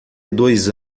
dois